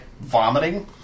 vomiting